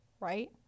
right